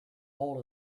hold